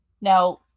Now